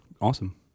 awesome